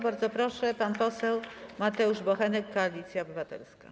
Bardzo proszę, pan poseł Mateusz Bochenek, Koalicja Obywatelska.